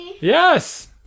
yes